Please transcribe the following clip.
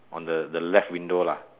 on the the left window lah